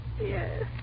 Yes